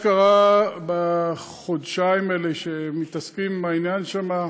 מה שקרה בחודשיים האלה שמתעסקים בעניין שם,